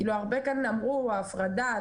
הרבה כאן אמרו הפרדה,